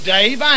Dave